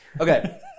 Okay